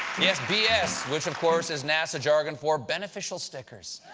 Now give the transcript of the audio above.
yes, b s, which, of course, is nasa jargon for beneficial stickers.